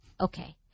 Okay